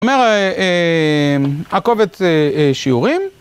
אומר הקובץ שיעורים